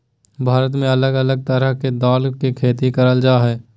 भारत में अलग अलग तरह के दाल के खेती करल जा हय